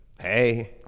Hey